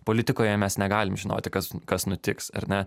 politikoje mes negalim žinoti kas kas nutiks ar ne